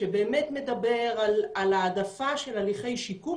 שבאמת מדבר על העדפה של הליכי שיקום,